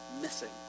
missing